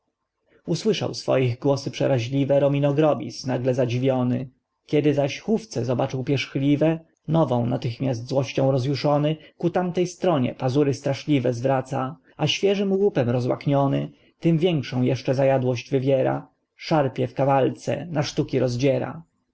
usłyszał swoich głosy przerazliwe rominogrobis nagle zadziwiony kiedy zaś hufce zobaczył pierzchliwe nową natychmiast złością rozjuszony ku tamtej stronie pazury straszliwe zwraca a świeżym łupem rozłakniony tym większą jeszcze zajadłość wywiera szarpie w kawalce na sztuki rozdziera